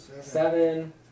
Seven